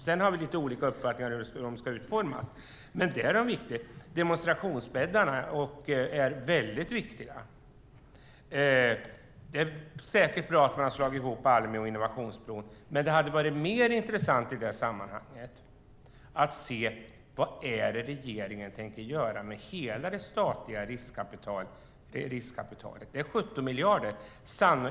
Sedan har vi lite olika uppfattningar om hur de ska utformas. Demonstrationsbäddarna är väldigt viktiga. Det är säkert bra att man har slagit ihop Almi och Innovationsbron, men det hade varit mer intressant i det sammanhanget att se: Vad är det regeringen tänker göra med hela det statliga riskkapitalet? Det är 17 miljarder.